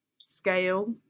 scale